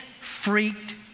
freaked